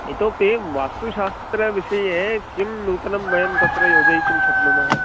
इतोऽपि वास्तुशास्त्रविषये किं नूतनं वयं तत्र योजयितुं शक्नुमः